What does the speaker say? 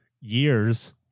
years